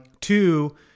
Two